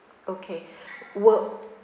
okay will